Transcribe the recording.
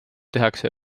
tehakse